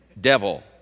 Devil